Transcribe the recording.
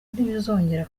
ntibizongera